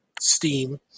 Steam